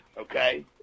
Okay